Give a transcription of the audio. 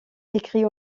écrits